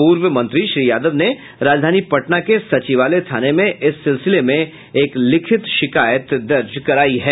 पूर्व मंत्री श्री यादव ने राजधानी पटना के सचिवालय थाने में इस सिलसिले में एक लिखित शिकायत दर्ज कराई है